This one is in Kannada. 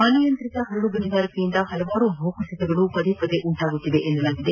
ಅನಿಯಂತ್ರಿತ ಹರಳು ಗಣಿಗಾರಿಕೆಯಿಂದ ಹಲವಾರು ಭೂಕುಸಿತಗಳು ಉಂಟಾಗುತ್ತಿವೆ ಎನ್ನಲಾಗುತ್ತಿದೆ